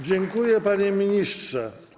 Dziękuję, panie ministrze.